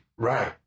Right